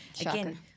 again